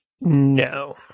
no